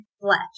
flesh